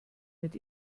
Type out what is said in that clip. mit